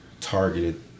targeted